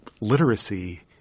literacy